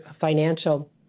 financial